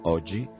Oggi